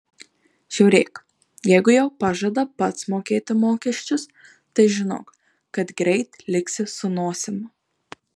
žiūrėk jeigu jau pažada pats mokėti mokesčius tai žinok kad greit liksi su nosim